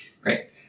Great